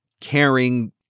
caring